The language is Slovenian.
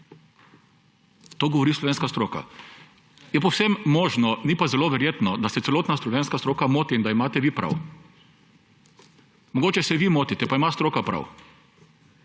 To govori slovenska stroka. Je povsem možno, ni pa zelo verjetno, da se celotna slovenska stroka moti, in da imate vi prav. Mogoče se vi motite, pa ima stroka prav.